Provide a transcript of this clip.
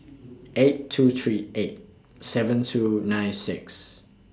eight two three eight seven two nine six